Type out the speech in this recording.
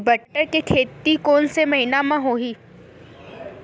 बटर के खेती कोन से महिना म होही?